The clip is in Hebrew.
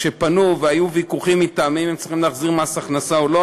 כשפנו והיו ויכוחים אתם אם הם צריכים להחזיר מס הכנסה או לא,